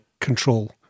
control